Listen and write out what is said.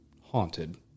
haunted